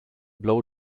blow